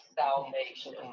Salvation